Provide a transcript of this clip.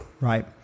Right